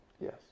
yes